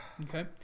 Okay